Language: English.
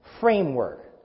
framework